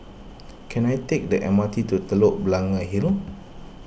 can I take the M R T to Telok Blangah Hill